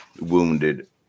Wounded